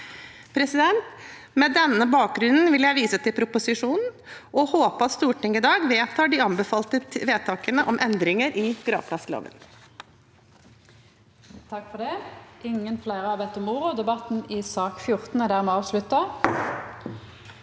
kjære. Med denne bakgrunnen vil jeg vise til proposisjonen og håpe at Stortinget i dag vedtar de anbefalte vedtak om endringer i gravplassloven.